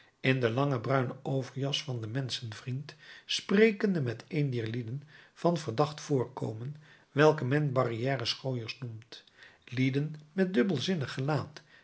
in de lange bruine overjas van den menschenvriend sprekende met een dier lieden van verdacht voorkomen welke men barrière schooiers noemt lieden met dubbelzinnig gelaat